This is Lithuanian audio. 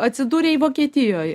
atsidūrei vokietijoj